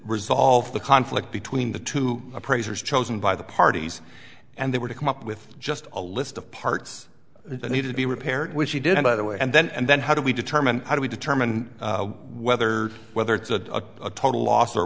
resolve the conflict between the two appraisers chosen by the parties and they were to come up with just a list of parts that need to be repaired which he did by the way and then and then how do we determine and how do we determine whether whether it's a total loss or